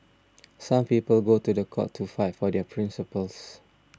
some people go to the court to fight for their principles